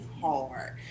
hard